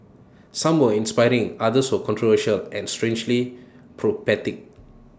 some were inspiring others were controversial and strangely prophetic